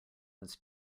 was